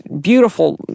beautiful